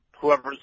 whoever's